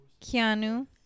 Keanu